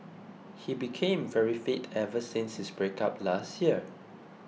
he became very fit ever since his breakup last year